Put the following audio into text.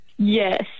Yes